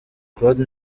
claude